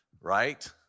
right